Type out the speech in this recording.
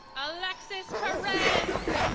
alexis perez.